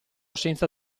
senza